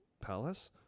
Palace